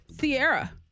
Sierra